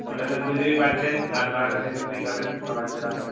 ওটা স্যার দু G B per day রাত বারোটা থেকে ফ্রি পাবেন সকাল ছটা পর্যন্ত